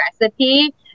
recipe